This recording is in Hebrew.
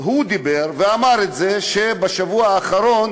הוא דיבר ואמר שבשבוע האחרון